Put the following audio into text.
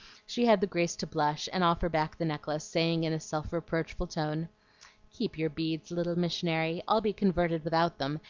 she had the grace to blush, and offer back the necklace, saying in a self-reproachful tone keep your beads, little missionary, i'll be converted without them,